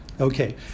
Okay